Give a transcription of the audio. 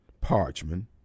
parchment